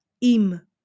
im